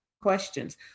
questions